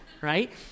right